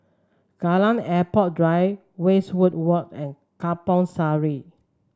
Kallang Airport Drive Westwood Walk and Kampong Sireh